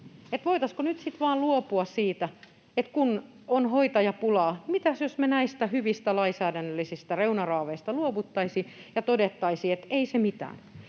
voitaisiinko nyt sitten vaan luopua siitä, että kun on hoitajapulaa, niin mitäs jos me näistä hyvistä lainsäädännöllisistä reunaraameista luovuttaisiin ja todettaisiin, että ei se mitään.